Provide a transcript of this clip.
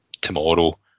tomorrow